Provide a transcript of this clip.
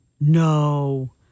No